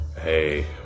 Hey